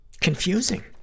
confusing